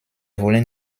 wollen